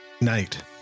Night